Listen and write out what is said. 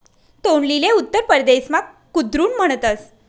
तोंडलीले उत्तर परदेसमा कुद्रुन म्हणतस